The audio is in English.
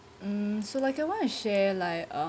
um so like I wanna share like a